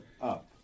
up